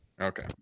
Okay